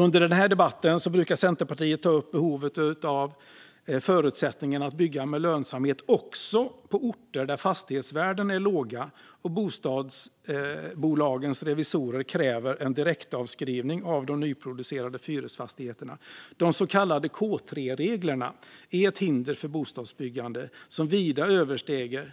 Under den här debatten brukar Centerpartiet ta upp behovet av förutsättningar att bygga med lönsamhet också på orter där fastighetsvärdena är låga och bostadsbolagens revisorer kräver en direktavskrivning av de nyproducerade hyresfastigheterna. De så kallade K3-reglerna är ett hinder för bostadsbyggande som vida överstiger